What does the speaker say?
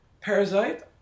Parasite